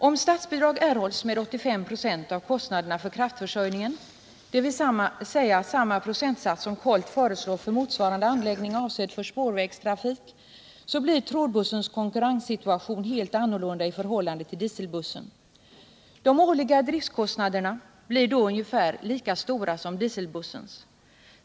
Om statsbidrag erhålls med 85 96 av kostnaderna för kraftförsörjningen, dvs. samma procentsats som KOLT föreslår för motsvarande anläggning avsedd för spårvägstrafik, blir trådbussens konkurrenssituation helt annorlunda i förhållande till dieselbussen. De årliga driftskostnaderna blir då ungefärligen lika stora som dieselbussens.